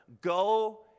go